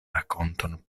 rakonton